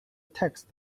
text